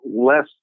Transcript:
less